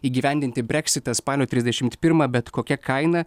įgyvendinti breksitą spalio trisdešim pirmą bet kokia kaina